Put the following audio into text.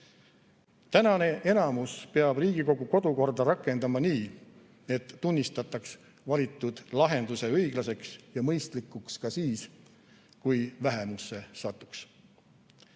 Tänane enamus peab Riigikogu kodukorda rakendama nii, et tunnistaks valitud lahenduse õiglaseks ja mõistlikuks ka siis, kui vähemusse